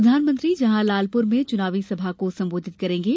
प्रधानमंत्री जहां लालपुर में चुनावी सभा को सम्बोधित करेंगे